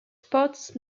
sports